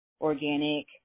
organic